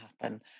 happen